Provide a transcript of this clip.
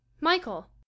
michael